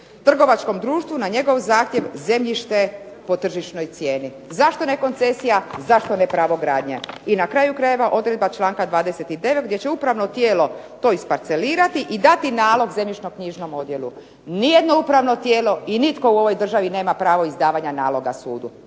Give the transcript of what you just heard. trgovačkom društvu na njegov zahtjev zemljište po tržišnoj cijeni. Zašto ne koncesija, zašto ne pravo gradnje? I na kraju krajeva, odredba članka 29. gdje će upravno tijelo to isparcelirati i dati nalog zemljišno-knjižnom odjelu. Nijedno upravno tijelo i nitko u ovoj državi nema pravo izdavanja naloga sudu,